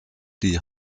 die